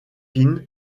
quint